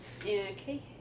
okay